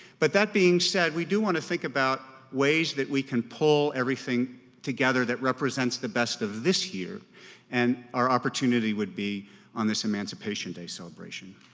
but that being said, we do want to think about ways that we can pull everything together that represents the best of this year and our opportunity would be on this emancipation day celebration.